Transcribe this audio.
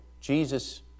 Jesus